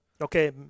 Okay